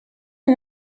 une